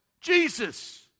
Jesus